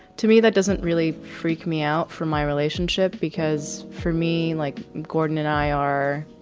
to me, that doesn't really freak me out for my relationship because for me, like gordon and i are,